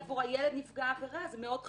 עבור הילד נפגע העבירה זה מאוד חשוב.